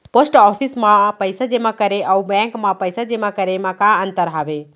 post office मा पइसा जेमा करे अऊ बैंक मा पइसा जेमा करे मा का अंतर हावे